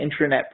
intranet